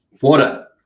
Water